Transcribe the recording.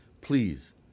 Please